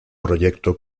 proyecto